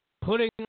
putting